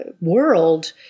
world